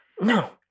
No